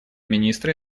министра